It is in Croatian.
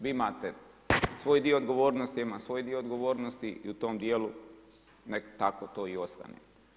Vi imate svoj dio odgovornosti, ja imam svoj dio odgovornosti i u tom djelu neka tako to i ostane.